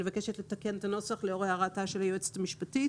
אני מבקשת לתקן את הנוסח או (2) - לאור הערתה של היועצת המשפטית